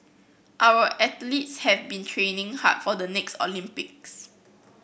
our athletes have been training hard for the next Olympics